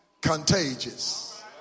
contagious